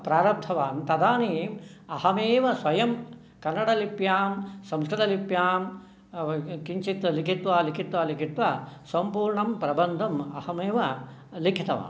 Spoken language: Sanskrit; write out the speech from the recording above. प्रारब्धवान् तदानीम् अहमेव स्वयं कन्नडलिप्यां संस्कृतलिप्यां किञ्चित् लिखित्वा लिखित्वा लिखित्वा सम्पूर्णं प्रबन्धम् अहमेव लिखितवान्